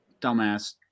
dumbass